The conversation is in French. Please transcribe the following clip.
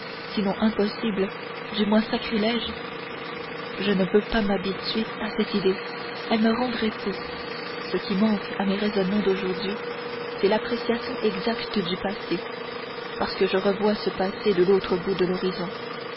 sinon impossible du moins sacrilège je ne veux pas m'habituer à cette idée elle me rendrait fou ce qui manque à mes raisonnements d'aujourd'hui c'est l'appréciation exacte du passé parce que je revois ce passé de l'autre bout de l'horizon